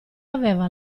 aveva